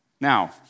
Now